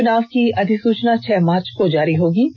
चुनाव की अधिसूचना छह मार्च को जारी होगों